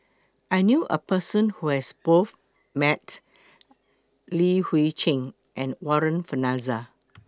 I knew A Person Who has Both Met Li Hui Cheng and Warren Fernandez